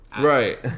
right